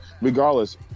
Regardless